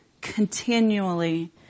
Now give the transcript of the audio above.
continually